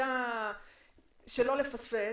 כדי לא לפספס.